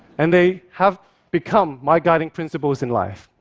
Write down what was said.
and they have become my guiding principles in life.